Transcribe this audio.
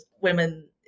women